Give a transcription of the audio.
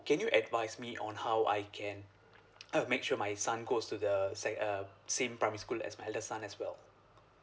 can you advise me on how I can I'll make sure my son goes to the sec uh same primary school as my eldest son as well